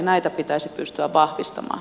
näitä pitäisi pystyä vahvistamaan